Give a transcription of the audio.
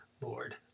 Lord